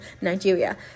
Nigeria